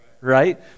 right